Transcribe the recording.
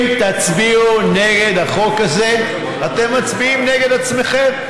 אם תצביעו נגד החוק הזה, אתם מצביעים נגד עצמכם: